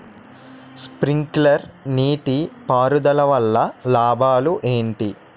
Sprinkler నీటిపారుదల వల్ల లాభాలు ఏంటి?